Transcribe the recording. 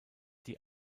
die